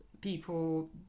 people